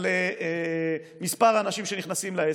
על מספר האנשים שנכנסים לעסק.